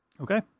Okay